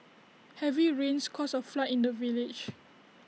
heavy rains caused A flood in the village